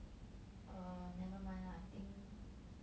err never mind lah I think